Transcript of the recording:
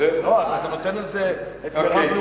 אין שאלה על שיקול הדעת.